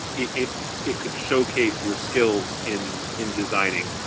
it it could showcase your skills in in designing.